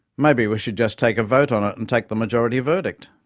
maybe we should just take a vote on it, and take the majority verdict.